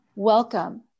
Welcome